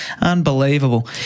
unbelievable